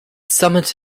summit